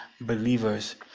believers